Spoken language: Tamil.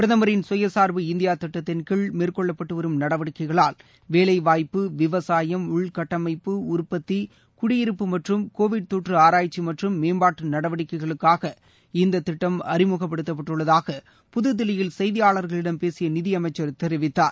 பிரதமரின் சுயசார்பு இந்தியா திட்டத்தின் கீழ் மேற்கொள்ளப்பட்டு வரும் நடவடிக்கைகளால் வேலைவாய்ப்பு விவசாயம் உள்கட்டமைப்பு உற்பத்தி குடியிருப்பு மற்றும் கோவிட் தொற்று ஆராய்ச்சி மற்றும் மேம்பாட்டு நடவடிக்கைகளுக்காக இந்த திட்டம் அறிமுகப்படுத்தப்பட்டுள்ளதாக புதுதில்லியில் செய்தியாளர்களிடம் பேசிய நிதியமைச்சர் தெரிவித்தார்